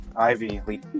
Ivy